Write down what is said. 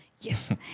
Yes